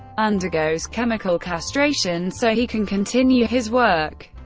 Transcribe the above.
undergoes chemical castration so he can continue his work.